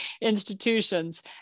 institutions